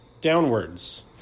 downwards